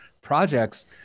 projects